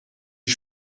die